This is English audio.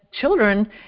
children